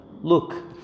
Look